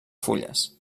fulles